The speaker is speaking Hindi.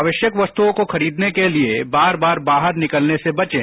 आवश्यक वस्तुओं को खरीदने के लिए बार बार बाहर निकलने से बचें